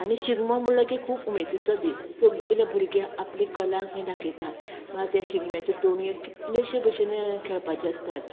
आनी शिगमो म्हुणलो की खूप उमेदीचो दीस सगले भुरगें आपली कला थंय दाखयतात म्हळ्यार ते शिगम्याच्यो तोणयो कितलेशे भशेन खेळपाचे आसतात